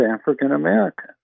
African-American